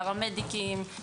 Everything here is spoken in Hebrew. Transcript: פרמדיקים,